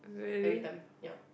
every time ya